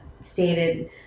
stated